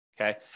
okay